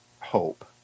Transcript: hope